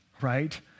right